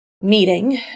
meeting